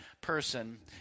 person